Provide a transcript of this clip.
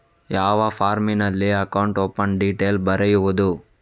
ಯಾವ ಫಾರ್ಮಿನಲ್ಲಿ account open detail ಬರೆಯುವುದು?